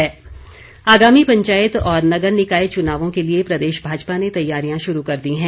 भाजपा आगामी पंचायत और नगर निकाय चुनावों के लिए प्रदेश भाजपा ने तैयारियां शुरू कर दी हैं